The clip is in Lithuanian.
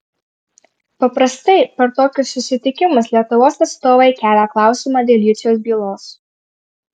paprastai per tokius susitikimus lietuvos atstovai kelia klausimą dėl juciaus bylos